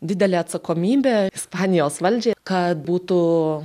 didelė atsakomybė ispanijos valdžiai kad būtų